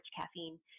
caffeine